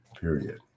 period